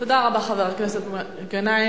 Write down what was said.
תודה רבה, חבר הכנסת גנאים.